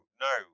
no